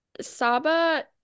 Saba